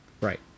Right